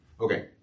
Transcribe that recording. Okay